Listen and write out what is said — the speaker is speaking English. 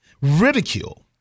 ridicule